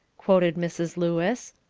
quoted mrs. lewis.